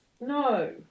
No